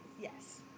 Yes